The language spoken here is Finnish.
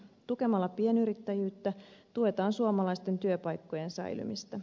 tukemalla pienyrittäjyyttä tuetaan suomalaisten työpaikkojen säilymistä